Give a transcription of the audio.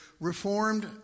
reformed